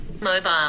Mobile